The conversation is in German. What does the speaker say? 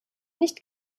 nicht